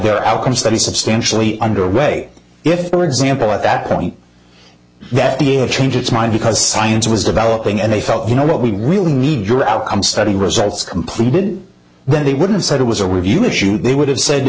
the outcome study substantially under way if the example at that point that the a change its mind because science was developing and they felt you know what we really need your outcome study results completed then they would have said it was a review issue they would have said